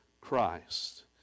Christ